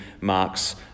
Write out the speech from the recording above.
Mark's